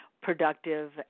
productive